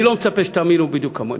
אני לא מצפה שתאמינו בדיוק כמוני.